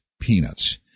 peanuts